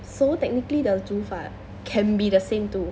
so technically the 煮法 can be the same too